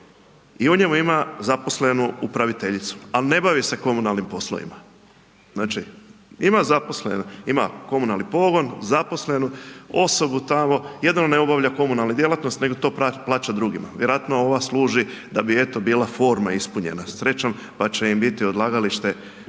i u njemu ima zaposlenu upraviteljicu, ali ne bavi se komunalnim poslovima. Znači, ima zaposlene, ima komunalni pogon, zaposlenu osobu tamo, jedino ne obavlja komunalnu djelatnost, nego to plaća drugima, vjerojatno ova služi da bi eto bila forma ispunjena, srećom, pa će im biti odlagalište